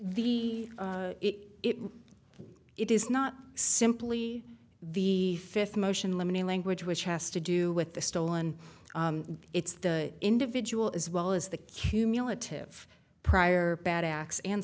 the it it is not simply the fifth motion lemony language which has to do with the stolen it's the individual as well as the cumulative prior bad acts and